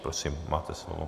Prosím, máte slovo.